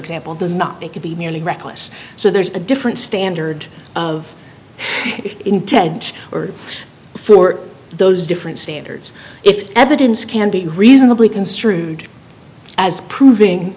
example does not it could be merely reckless so there's a different standard of intent or for those different standards if evidence can be reasonably construed as proving